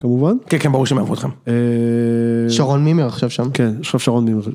כמובן - כן כן ברור אותכם - שרון מימיר עכשיו שם - כן עכשיו שרון.